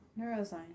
Neuroscience